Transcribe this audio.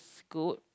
good